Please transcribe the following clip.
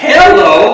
Hello